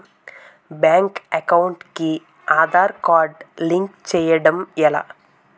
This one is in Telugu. బ్యాంక్ అకౌంట్ కి ఆధార్ కార్డ్ లింక్ చేయడం ఎలా?